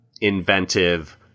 inventive